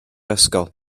ysgol